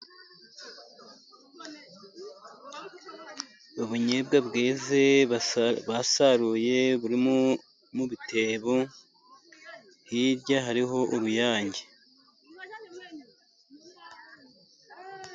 Ubunyobwa bweze basaruye buri mu bitebo, hirya hariho uruyange.